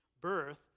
Birth